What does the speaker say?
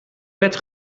wet